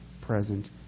present